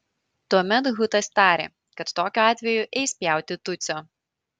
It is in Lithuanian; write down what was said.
tuomet hutas tarė kad tokiu atveju eis pjauti tutsio